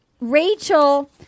Rachel